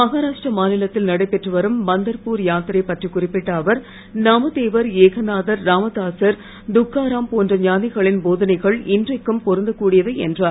மகாராஷ்டிர மாநிலத்தில் நடைபெற்று வரும் பந்தர்பூர் யாத்திரை பற்றி குறிப்பிட்ட அவர் நாமதேவர் ஏகநாதர் ராமதாசர் துக்காராம் போன்ற ஞானிகளின் போதனைகள் இன்றைக்கும் பொருந்தக் கூடியவை என்றார்